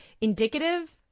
indicative